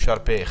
אושר פה אחד.